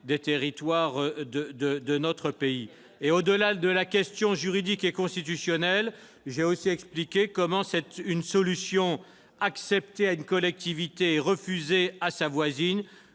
des territoires de notre pays. Au-delà de la question juridique et constitutionnelle, j'ai également expliqué comment une solution acceptée pour une collectivité, mais refusée pour sa voisine,